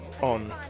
on